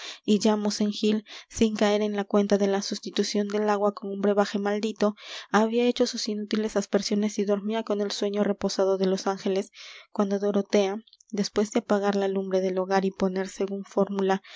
y ya mosén gil sin caer en la cuenta de la sustitución del agua con un brebaje maldito había hecho sus inútiles aspersiones y dormía con el sueño reposado de los ángeles cuando dorotea después de apagar la lumbre del hogar y poner según fórmula